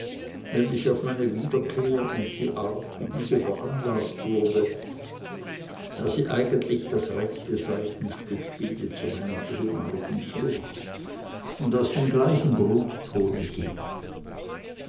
nämlich auf meine wiederkehr und die art wie diese veranlaßt wurde da sie eigentlich das rechte seitenstück bildet zu meiner ehemaligen flucht und aus dem gleichen grundtone geht